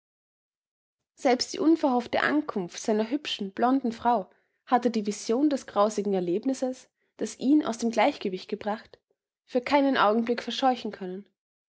selbst die unverhoffte ankunft seiner hübschen blonden frau hatte die vision des grausigen erlebnisses das ihn aus dem gleichgewicht gebracht für keinen augenblick verscheuchen können